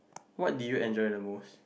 what did you enjoy the most